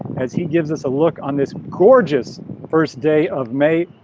as he gives us a look on this gorgeous first day of may.